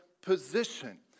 position